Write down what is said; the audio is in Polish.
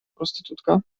prostytutka